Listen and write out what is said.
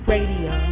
Radio